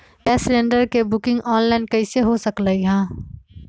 Gas cylinder के booking online कईसे हो सकलई ह?